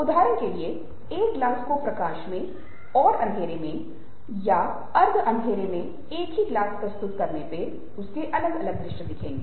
उदाहरण के लिए एक ग्लास को प्रकाश में और अंधेरे मे या अर्ध अंधेरे में एक ही ग्लास प्रस्तुत किया जाता है तो एक ही चीज़ के दो अलग अलग दृश्य प्रस्तुत होते हैं